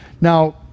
Now